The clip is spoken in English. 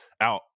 out